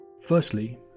Firstly